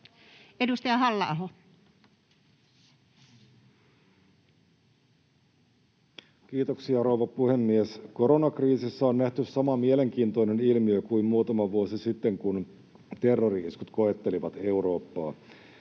16:05 Content: Kiitoksia, rouva puhemies! Koronakriisissä on nähty sama mielenkiintoinen ilmiö kuin muutama vuosi sitten, kun terrori-iskut koettelivat Eurooppaa,